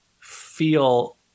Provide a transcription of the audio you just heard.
feel